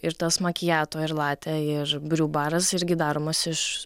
ir tas makiato ir latė ir briū baras irgi daromas iš